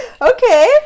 Okay